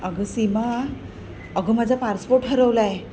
अगं सीमा अगं माझा पार्सपोट हरवला आहे